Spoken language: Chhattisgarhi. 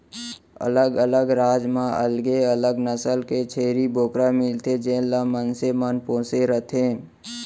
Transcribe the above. अलग अलग राज म अलगे अलग नसल के छेरी बोकरा मिलथे जेन ल मनसे मन पोसे रथें